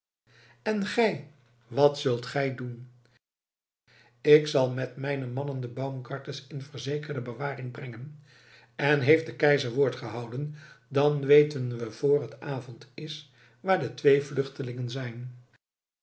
en gij wat zult gij doen ik zal met mijne mannen de baumgartens in verzekerde bewaring brengen en heeft de keizer woord gehouden dan weten we vr het avond is waar de twee vluchtelingen zijn